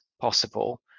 possible